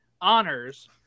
honors